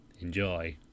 Enjoy